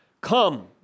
Come